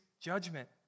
judgment